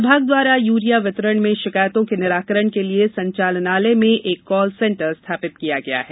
विभाग द्वारा यूरिया वितरण में शिकायतों के निराकरण के लिये संचालनालय में एक कॉल सेंटर स्थापित किया गया है